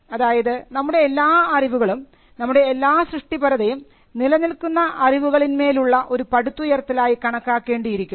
അതായത് നമ്മുടെ എല്ലാ അറിവുകളും നമ്മുടെ എല്ലാ സൃഷ്ടിപരതയും നിലനിൽക്കുന്ന അറിവുകളിൻമേലുള്ള ഒരു പടുത്തുയർത്തലായി കണക്കാക്കേണ്ടിയിരിക്കുന്നു